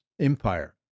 empire